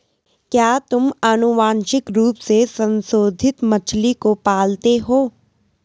क्या तुम आनुवंशिक रूप से संशोधित मछली को पालते हो?